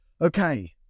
Okay